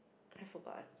I forgot